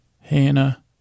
Hannah